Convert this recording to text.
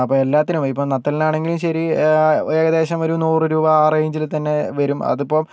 അപ്പം എല്ലാത്തിനും ഇപ്പം നത്തല് ആണെങ്കിലും ശരി ഏകദേശം ഒരു നൂറു രൂപ ആ റെയിഞ്ചിൽ തന്നെ വരും അതിപ്പം